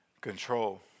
control